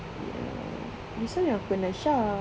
wait ah this [one] yang aku kenal sha